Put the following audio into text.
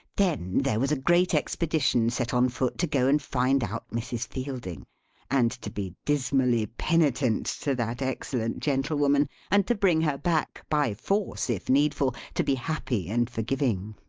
then, there was a great expedition set on foot to go and find out mrs. fielding and to be dismally penitent to that excellent gentlewoman and to bring her back, by force if needful, to be happy and forgiving.